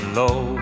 low